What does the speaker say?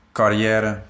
carrière